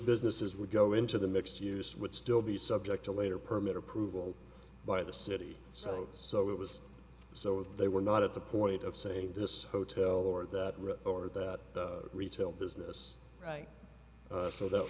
businesses would go into the mixed use would still be subject to later permit approval by the city so so it was so they were not at the point of say this hotel or that or that retail business right so that